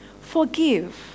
Forgive